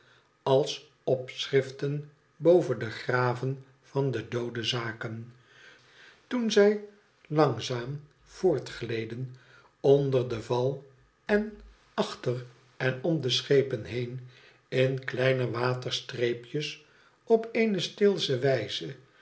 lals opschriften boven de graven van doode zaken toen zij langzaam voortgleden onder den val en achter en om de schepen heen m kleine waterstreepjes op eene steelsche wijze